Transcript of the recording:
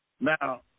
now